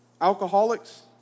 alcoholics